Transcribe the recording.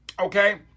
okay